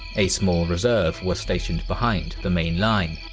a small reserve was stationed behind the main line.